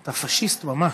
אתה פאשיסט ממש.